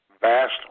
vast